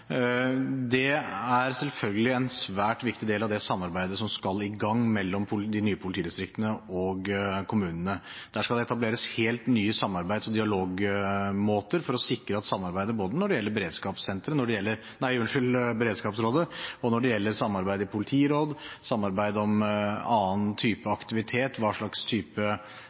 Det er selvfølgelig en svært viktig del av det samarbeidet som skal i gang mellom de nye politidistriktene og kommunene. Der skal det etableres helt nye samarbeids- og dialogmåter for å sikre samarbeidet når det gjelder beredskapsrådet, samarbeidet i politirådene, samarbeid om annen type